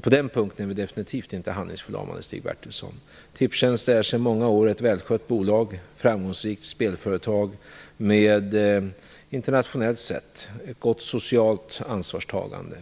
På den punkten är vi definitivt inte handlingsförlamade, Stig Bertilsson. Tipstjänst är sedan många år ett välskött bolag, ett framgångsrikt spelföretag med internationellt sett ett gott socialt ansvarstagande.